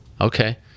okay